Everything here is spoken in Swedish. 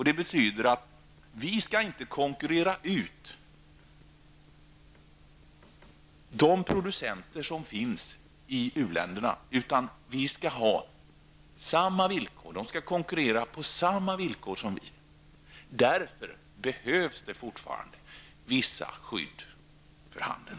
Det betyder att Sverige inte skall konkurrera ut de producenter som finns i uländerna, utan u-länderna skall konkurrera på samma villkor som vi. Därför behövs det fortfarande vissa skydd för handeln.